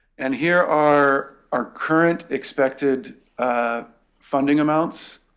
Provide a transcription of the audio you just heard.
and here are our current expected ah funding amounts.